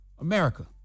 America